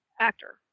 actor